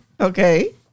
Okay